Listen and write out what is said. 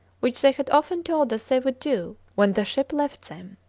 which they had often told us they would do when the ship left them.